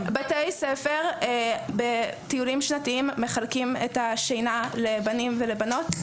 בתי הספר מחלקים את השינה לבנים ולבנות בטיולים שנתיים.